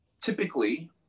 typically